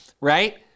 Right